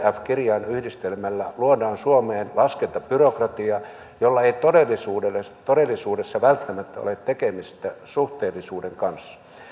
kirjainyhdistelmällä luomme suomeen laskentabyrokratian jolla ei todellisuudessa todellisuudessa välttämättä ole tekemistä suhteellisuuden kanssa